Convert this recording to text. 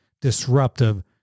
disruptive